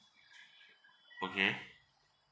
okay